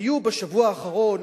היו, בשבוע האחרון,